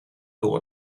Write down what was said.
door